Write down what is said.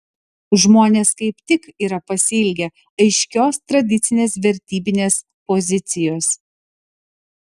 žmonės kaip tik yra pasiilgę aiškios tradicinės vertybinės pozicijos